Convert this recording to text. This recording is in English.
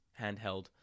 handheld